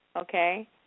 Okay